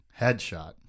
headshot